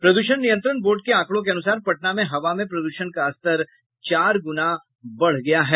प्रद्षण नियंत्रण बोर्ड के आंकड़ों के अनुसार पटना में हवा में प्रदूषण का स्तर चार गुना बढ़ गया है